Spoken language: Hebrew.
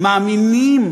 מאמינים